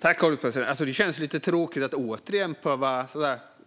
Herr ålderspresident! Det känns lite tråkigt att återigen behöva